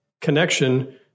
connection